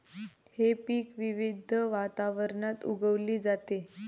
हे पीक विविध वातावरणात उगवली जाते